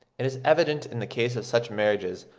it is evident in the case of such marriages,